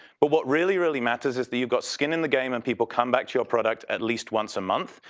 but what really, really matters is that you got skin in the game and people come back to your product at least once a month.